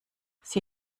sie